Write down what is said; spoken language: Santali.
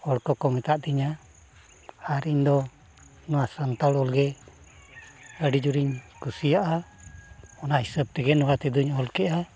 ᱦᱚᱲ ᱠᱚᱠᱚ ᱢᱮᱛᱟ ᱫᱤᱧᱟ ᱟᱨ ᱤᱧᱫᱚ ᱱᱚᱣᱟ ᱥᱟᱱᱛᱟᱲ ᱨᱚᱲᱜᱮ ᱟᱹᱰᱤ ᱡᱳᱨᱤᱧ ᱠᱩᱥᱤᱭᱟᱜᱼᱟ ᱚᱱᱟ ᱦᱤᱥᱟᱹᱵᱽ ᱛᱮᱜᱮ ᱱᱚᱣᱟ ᱛᱮᱫᱚᱧ ᱚᱞ ᱠᱮᱜᱼᱟ